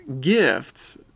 gifts